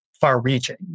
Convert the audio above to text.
far-reaching